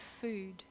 food